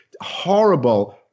horrible